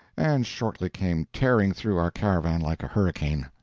and shortly came tearing through our caravan like a hurricane.